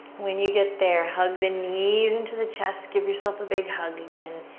when you get there, hug the knees into the chest. give yourself a big hug again.